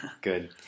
Good